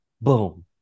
Boom